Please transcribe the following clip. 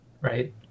right